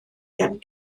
gan